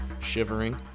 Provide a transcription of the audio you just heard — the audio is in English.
shivering